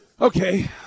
Okay